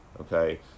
okay